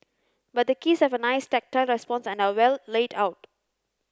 but the keys have a nice tactile response and are well laid out